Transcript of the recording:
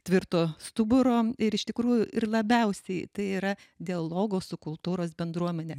tvirto stuburo ir iš tikrųjų ir labiausiai tai yra dialogo su kultūros bendruomene